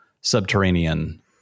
subterranean